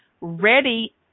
ready